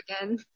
again